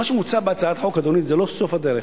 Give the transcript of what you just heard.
מה שמוצע בהצעת החוק זה לא סוף הדרך,